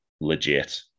legit